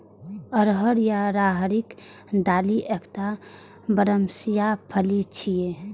अरहर या राहरिक दालि एकटा बरमसिया फली छियै